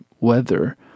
weather